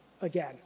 again